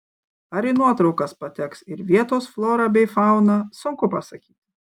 ar į nuotraukas pateks ir vietos flora bei fauna sunku pasakyti